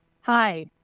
Hi